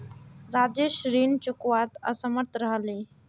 राजेश ऋण चुकव्वात असमर्थ रह ले